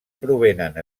provenen